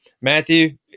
Matthew